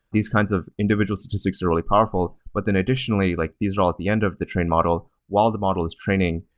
these kinds of individual statistics are really powerful, but then, additionally, like these are all at the end of the train model, while the model is training,